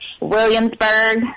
Williamsburg